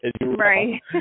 Right